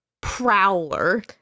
Prowler